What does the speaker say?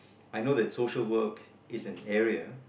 I know that social work is an area